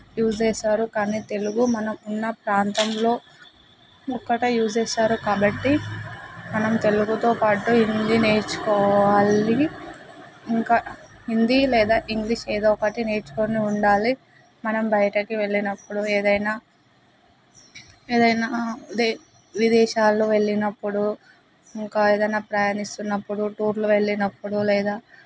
use చేస్తారు కానీ తెలుగు మనం ఉన్న ప్రాంతంలో ఒక్కటే యూజ్ చేస్తారు కాబట్టి మనం తెలుగుతో పాటు హిందీ నేర్చుకోవాలి ఇంకా హిందీ లేదా ఇంగ్లీష్ ఏదో ఒకటి నేర్చుకుని ఉండాలి మనం బయటకి వెళ్ళినప్పుడు ఏదైనా ఏదైనా అదే విదేశాల్లో వెళ్ళినప్పుడు ఇంకా ఏదైనా ప్రయాణిస్తున్నప్పుడు టూర్లు వెళ్ళినప్పుడు లేదా